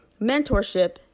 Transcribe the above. mentorship